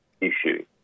issue